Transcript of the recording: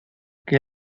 que